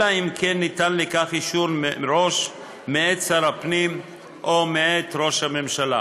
אלא אם כן ניתן לכך אישור מראש מאת שר הפנים או מאת ראש הממשלה,